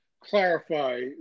clarify